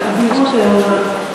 שלוש דקות.